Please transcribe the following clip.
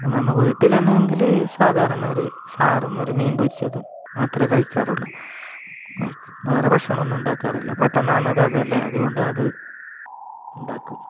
നമ്മൾ വീട്ടിലെന്നെങ്കിൽ സാധാരണ ഒരു സാറും ഒരു മീൻ പൊരിച്ചതും മാത്രമേ കഴിക്കാറുള്ളു വേറെ ഭക്ഷണമൊന്നും ഉണ്ടാക്കാറില്ല പെട്ടെന്നാകുന്നത് അതല്ലേ അതുകൊണ്ട് അത് ഉണ്ടാക്കും